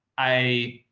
i,